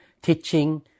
teaching